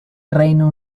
reino